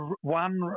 one